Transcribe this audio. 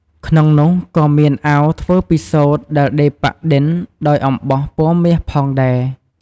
ក្នុងនោះក៏៏មានអាវធ្វើពីសូត្រដែលដេរប៉ាក់ឌិនដោយអំបោះពណ៌មាសផងដែរ។